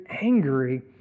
angry